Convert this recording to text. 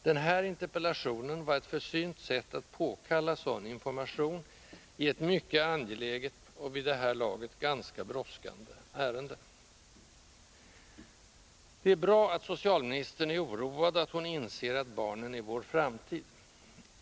Den här interpella tionen var ett försynt sätt att påkalla sådan information i ett mycket angeläget — och vid det här laget ganska brådskande — ärende. Det är bra att socialministern är oroad och att hon inser att ”barnen är vår framtid”.